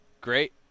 great